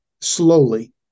slowly